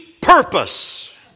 purpose